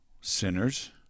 sinners